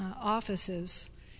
offices